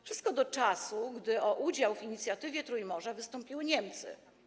Wszystko do czasu, gdy o udział w inicjatywie Trójmorza wystąpiły Niemcy.